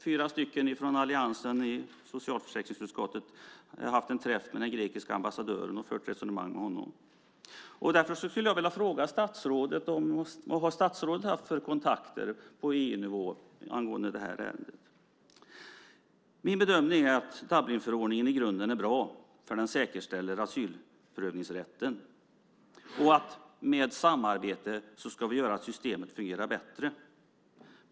Fyra av alliansens ledamöter i socialförsäkringsutskottet har haft en träff med den grekiske ambassadören och fört resonemang med honom. Därför skulle jag vilja fråga statsrådet: Vad har statsrådet haft för kontakter på EU-nivå angående det här ärendet? Min bedömning är att Dublinförordningen i grunden är bra, för den säkerställer asylprövningsrätten. Med samarbetet ska vi göra att systemet fungerar bättre.